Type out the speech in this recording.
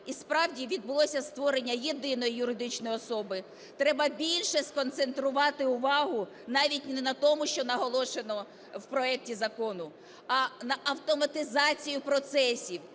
і справді відбулося створення єдиної юридичної особи, треба більше сконцентрувати увагу навіть не на тому, що наголошено в проекті закону, а на автоматизації процесів.